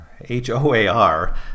H-O-A-R